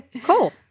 Cool